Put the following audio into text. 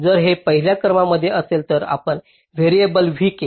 जर हे पहिल्या क्रमांकामध्ये असेल तर आपण व्हेरिएबल vk